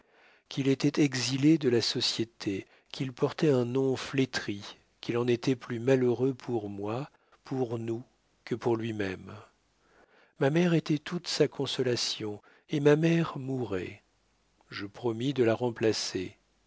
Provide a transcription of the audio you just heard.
qu'il était exilé de la société qu'il portait un nom flétri qu'il en était plus malheureux pour moi pour nous que pour lui-même ma mère était toute sa consolation et ma mère mourait je promis de la remplacer